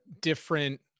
different